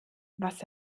was